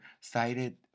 cited